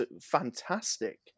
fantastic